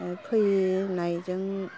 फैनायजों